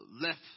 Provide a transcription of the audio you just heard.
left